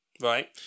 right